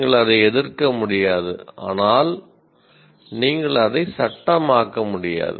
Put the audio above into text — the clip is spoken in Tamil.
நீங்கள் அதை எதிர்க்க முடியாது ஆனால் நீங்கள் அதை சட்டமாக்க முடியாது